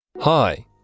hi